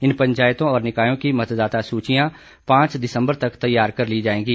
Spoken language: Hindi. इन पंचायतों और निकायों की मतदाता सूचियां पांच दिसबर तक तैयार कर ली जाएंगी